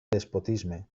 despotisme